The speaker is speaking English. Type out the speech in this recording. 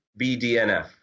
BDNF